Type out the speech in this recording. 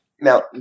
Now